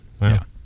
Wow